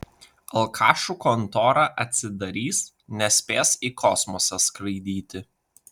alkašų kontora atsidarys nespės į kosmosą skraidyti